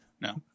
No